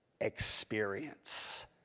experience